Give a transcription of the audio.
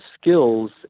skills